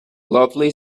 lovely